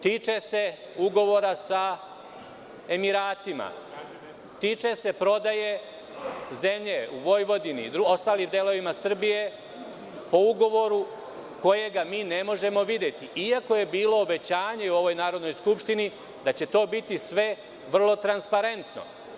Tiče se ugovora sa Emiratima, tiče se prodaje zemlje u Vojvodini i ostalim delovima Srbije po ugovoru koji mi ne možemo videti, iako je bilo obećanje u Narodnoj skupštini da će to biti sve vrlo transparentno.